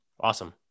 awesome